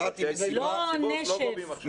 את המסיבות לא גובים עכשיו.